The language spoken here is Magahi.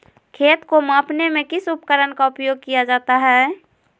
खेत को मापने में किस उपकरण का उपयोग किया जाता है?